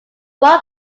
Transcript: one